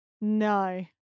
No